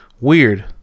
Weird